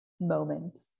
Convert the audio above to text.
moments